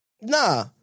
nah